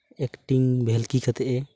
acting ᱵᱷᱮᱞᱠᱤ ᱠᱟᱛᱮᱫ ᱮ